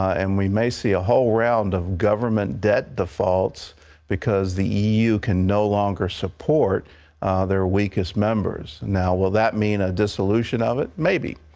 and we may see a whole round of government debt defaults because the e u. can no longer support their weakest members. will that mean a dissolution of it? maybe.